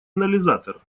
анализатор